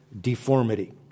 deformity